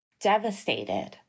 devastated